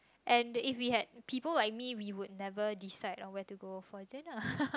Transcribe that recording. and if we had people like me we would never decide on where to go for dinner